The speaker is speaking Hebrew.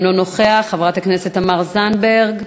אינו נוכח, חברת הכנסת תמר זנדברג,